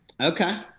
Okay